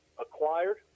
acquired